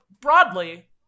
broadly